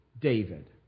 David